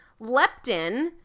Leptin